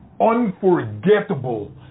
unforgettable